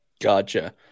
gotcha